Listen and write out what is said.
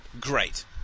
great